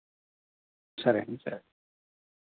సరే అండి సరే